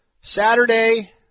Saturday